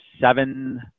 seven